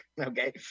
Okay